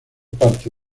parte